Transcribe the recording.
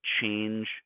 change